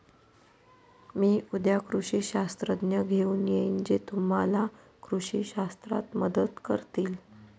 मी उद्या कृषी शास्त्रज्ञ घेऊन येईन जे तुम्हाला कृषी शास्त्रात मदत करतील